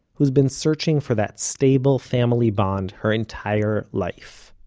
who has been searching for that stable family bond her entire life.